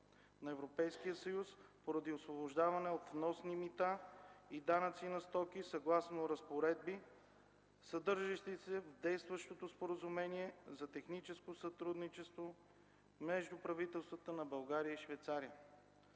на Европейския съюз поради освобождаване от вносни мита и данъци на стоки съгласно разпоредби, съдържащи се в действащото Споразумението за техническо сътрудничество между правителствата на България и Швейцария.